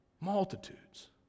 multitudes